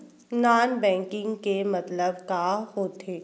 Non banking के मतलब का होथे?